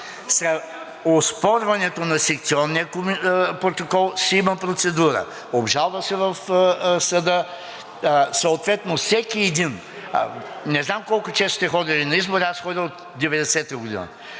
Оспорването на секционния протокол си има процедура – обжалва се в съда, съответно всеки един. Не знам колко често сте ходили на избори, аз ходя от 1990 г.